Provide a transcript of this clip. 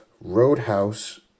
Roadhouse